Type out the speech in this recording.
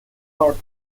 hurt